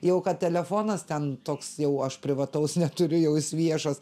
jau kad telefonas ten toks jau aš privataus neturiu jau jis viešas